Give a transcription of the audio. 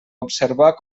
observar